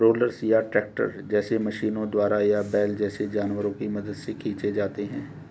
rollers या तो tractor जैसे मशीनों द्वारा या बैल जैसे जानवरों की मदद से खींचे जाते हैं